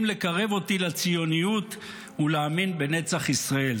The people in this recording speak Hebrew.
לקרב אותי לציוניות ולהאמין בנצח ישראל.